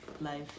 life